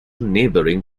neighboring